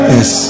Yes